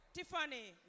Tiffany